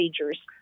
procedures